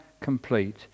complete